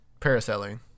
parasailing